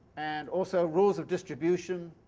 and also rules of distribution,